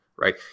right